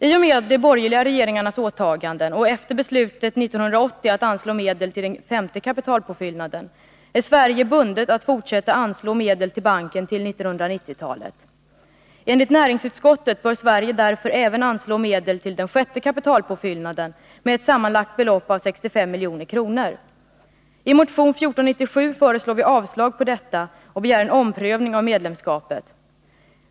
I och med de borgerliga regeringarnas åtaganden och efter beslutet 1980 att anslå medel till den femte kapitalpåfyllnaden är Sverige bundet att fortsätta anslå medel till banken till 1990-talet. Enligt näringsutskottet bör Sverige därför anslå medel även till den sjätte kapitalpåfyllnaden med ett sammanlagt belopp av 65 milj.kr. I motion 1497 föreslår vi avslag på detta och begär en omprövning av medlemskapet.